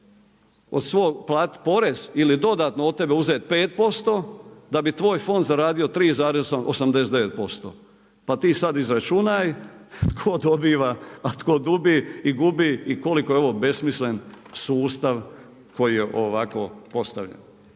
od svog platiti porez ili dodatno od tebe uzeti 5% da bi tvoj fond zaradio 3,89% pa ti sada izračunaj tko dobiva a tko gubi i koliko je ovo besmislen sustav koji je ovako postavljen.